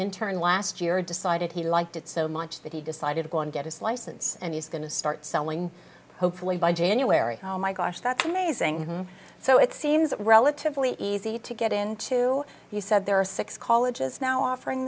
interne last year decided he liked it so much that he decided to go and get his license and he's going to start selling hopefully by january oh my gosh that's amazing so it seems relatively easy to get into he said there are six colleges now offering